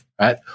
right